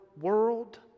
world